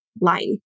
line